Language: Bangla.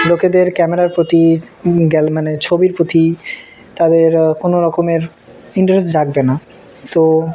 লোকেদের ক্যামেরার প্রতি গ মানে ছবির প্রতি তাদের কোনো রকমের ইন্টারেস্ট জাগবে না তো